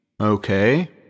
Okay